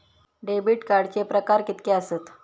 Debit कार्डचे प्रकार कीतके आसत?